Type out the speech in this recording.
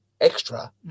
extra